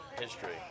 history